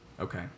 Okay